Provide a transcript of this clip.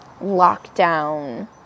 lockdown